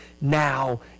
now